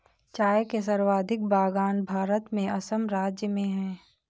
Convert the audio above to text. चाय के सर्वाधिक बगान भारत में असम राज्य में है